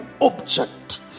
object